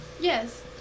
Yes